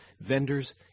vendors